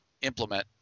implement